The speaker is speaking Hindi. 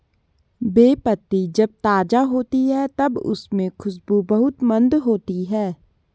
बे पत्ती जब ताज़ा होती है तब उसमे खुशबू बहुत मंद होती है